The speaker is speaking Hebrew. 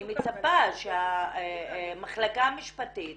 אני מצפה שהמחלקה המשפטית